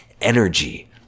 Energy